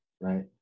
right